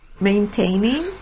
maintaining